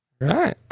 right